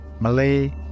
Malay